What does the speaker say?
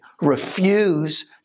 Refuse